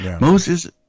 Moses